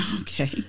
Okay